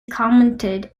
commented